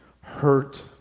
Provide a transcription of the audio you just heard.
hurt